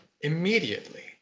immediately